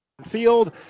Field